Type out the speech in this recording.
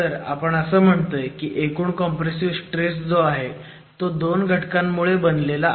तर आपण असं म्हणतोय की एकूण कॉम्प्रेसिव्ह स्ट्रेस जो आहे तो 2 घटकांमुळे बनलेला आहे